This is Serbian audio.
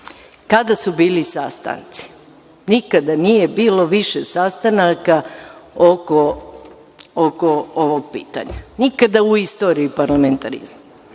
su bili sastanci? Nikada nije bilo više sastanaka oko ovog pitanja, nikada u istoriji parlamenterizma.